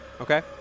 Okay